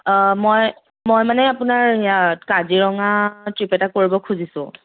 মই মই মানে আপোনাৰ সেইয়া কাজিৰঙা ট্ৰিপ এটা কৰিব খুজিছোঁ